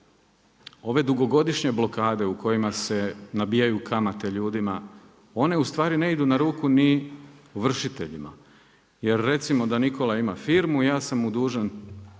ove dugogodišnje blokade u kojima se nabijaju kamate ljudima. one ustvari ne idu na ruku ni ovršiteljima jer recimo da Nikola ima firmu ja sam mu dužan